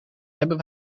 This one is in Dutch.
hebben